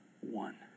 one